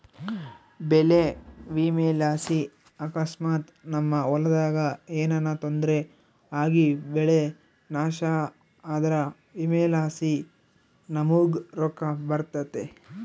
ಬೆಳೆ ವಿಮೆಲಾಸಿ ಅಕಸ್ಮಾತ್ ನಮ್ ಹೊಲದಾಗ ಏನನ ತೊಂದ್ರೆ ಆಗಿಬೆಳೆ ನಾಶ ಆದ್ರ ವಿಮೆಲಾಸಿ ನಮುಗ್ ರೊಕ್ಕ ಬರ್ತತೆ